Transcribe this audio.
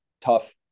tough